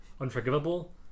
Unforgivable